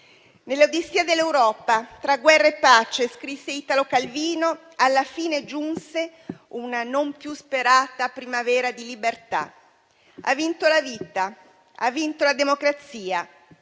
un'odissea dell'Europa tra guerra e pace, alla fine giunse una non più sperata primavera di libertà. Ha vinto la vita, ha vinto la democrazia.